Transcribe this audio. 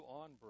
on